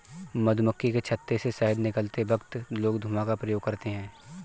मधुमक्खी के छत्ते से शहद निकलते वक्त लोग धुआं का प्रयोग करते हैं